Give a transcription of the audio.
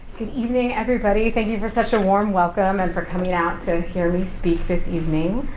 evening everybody, thank you for such a warm welcome, and for coming out to hear me speak this evening.